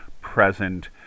present